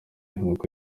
nkuko